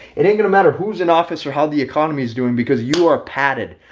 it ain't gonna matter who's in office or how the economy is doing because you are padded.